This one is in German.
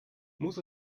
muss